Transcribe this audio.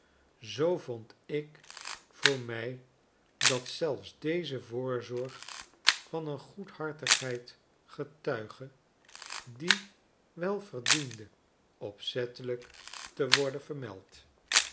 zoo vond ik voor mij dat zelfs deze voorzorg van een goedhartigheid getuigde die wel verdiende opzettelijk te worden vermeld